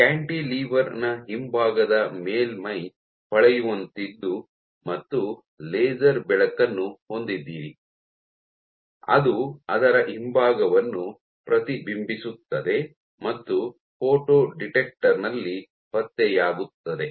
cantilever ನ ಹಿಂಭಾಗದ ಮೇಲ್ಮೈ ಹೊಳೆಯುವಂತಿದ್ದು ಮತ್ತು ಲೇಸರ್ ಬೆಳಕನ್ನು ಹೊಂದಿದ್ದೀರಿ ಅದು ಅದರ ಹಿಂಭಾಗವನ್ನು ಪ್ರತಿಬಿಂಬಿಸುತ್ತದೆ ಮತ್ತು ಫೋಟೋ ಡಿಟೆಕ್ಟರ್ ನಲ್ಲಿ ಪತ್ತೆಯಾಗುತ್ತದೆ